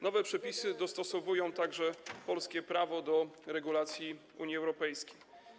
Nowe przepisy dostosowują także polskie prawo do regulacji Unii Europejskiej.